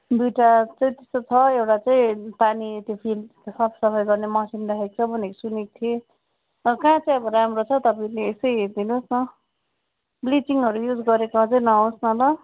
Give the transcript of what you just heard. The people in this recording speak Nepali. दुईवटा चाहिँ त्यस्तो छ एउटा चाहिँ पानी त्यो साफसफाइ गर्ने मान्छे पनि राखेको छ भनेको सुनेको थिएँ त कहाँ चाहिँ अब राम्रो छ तपाईँले अब यसो हेरिदिनु होस् न ब्लिचिङहरू युज गरेकोमा चाहिँ नहोस् न ल